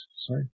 sorry